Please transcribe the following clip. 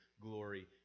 glory